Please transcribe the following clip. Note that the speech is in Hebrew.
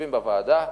יושבים בוועדה,